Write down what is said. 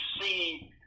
see